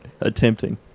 Attempting